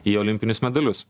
į olimpinius medalius